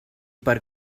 per